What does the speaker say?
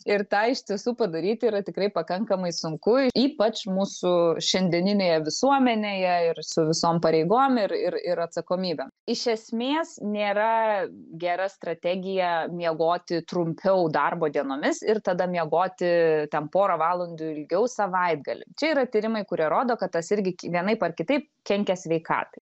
ir tą iš tiesų padaryti yra tikrai pakankamai sunku ypač mūsų šiandieninėje visuomenėje ir su visom pareigom ir ir ir atsakomybe iš esmės nėra gera strategija miegoti trumpiau darbo dienomis ir tada miegoti ten porą valandų ilgiau savaitgalį čia yra tyrimai kurie rodo kad tas irgi vienaip ar kitaip kenkia sveikatai